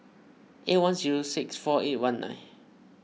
eight one zero six four eight one nine